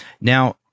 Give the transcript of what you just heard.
Now